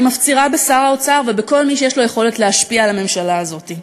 אני מפצירה בשר האוצר ובכל מי שיש לו יכולת להשפיע על הממשלה הזאת: